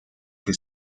que